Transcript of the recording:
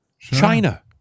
China